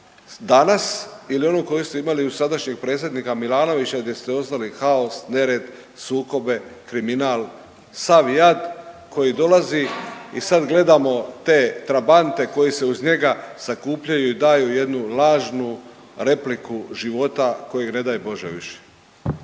danas ili onu koju ste imali uz sadašnjeg predsjednika Milanovića gdje ste ostavili haos, nered, sukobe, kriminal, sav jad koji dolazi i sad gledamo te trabante koji se uz njega sakupljaju i daju jednu lažnu repliku životu kojeg ne daj bože više.